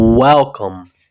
Welcome